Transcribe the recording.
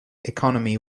economy